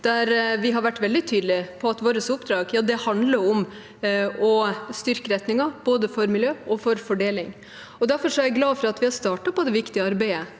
vi har vært veldig tydelige på at vårt oppdrag handler om å styrke retningen både for miljø og for fordeling. Derfor er jeg glad for at vi har startet på det viktige arbeidet